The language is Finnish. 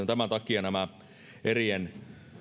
tämän takia nämä erien